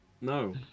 No